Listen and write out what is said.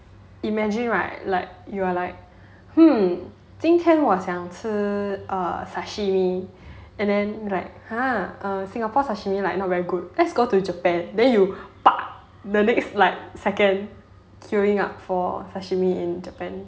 imagine right like you are like mm 今天我想吃 sashimi and then like !huh! singapore sashimi like not very good let's go to japan then you the next like second queuing up for sashimi in japan